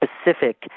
specific